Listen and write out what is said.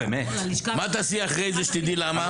מה תעשי אחרי זה כשתדעי למה?